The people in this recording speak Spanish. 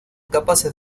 capaces